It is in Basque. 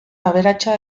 aberatsa